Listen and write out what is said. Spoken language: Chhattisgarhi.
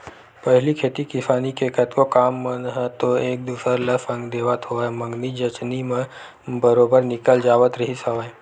पहिली खेती किसानी के कतको काम मन ह तो एक दूसर ल संग देवत होवय मंगनी जचनी म बरोबर निकल जावत रिहिस हवय